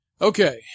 Okay